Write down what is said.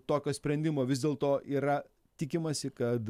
tokio sprendimo vis dėlto yra tikimasi kad